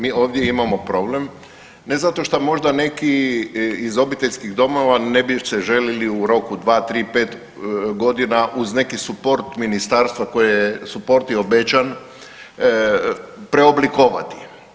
Mi ovdje imamo problem ne zato što možda neki iz obiteljskih domova ne bi se željeli u roku dva, tri pet godina uz neki support ministarstva, koji je support i obećan preoblikovati.